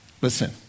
listen